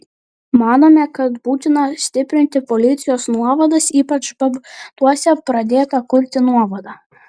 manome kad būtina stiprinti policijos nuovadas ypač babtuose pradėtą kurti nuovadą